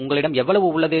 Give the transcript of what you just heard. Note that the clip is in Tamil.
உங்களிடம் எவ்வளவு உள்ளது